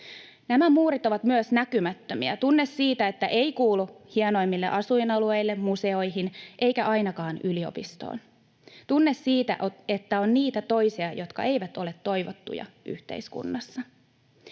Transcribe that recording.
Nämä muurit ovat myös näkymättömiä: tunne siitä, että ei kuulu hienoimmille asuinalueille, museoihin eikä ainakaan yliopistoon, tunne siitä, että on niitä toisia, jotka eivät ole toivottuja yhteiskunnassa.